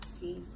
peace